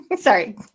Sorry